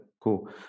cool